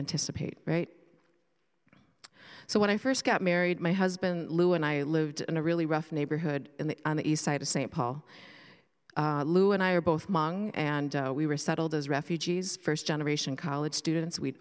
anticipate right so when i first got married my husband lou and i lived in a really rough neighborhood in the on the east side of st paul and i are both mung and we were settled as refugees first generation college students we